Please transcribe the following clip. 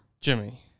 Jimmy